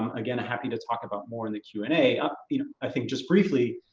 um again, happy to talk about more in the q and a, um you know i think just briefly,